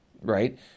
right